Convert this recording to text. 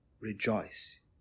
rejoice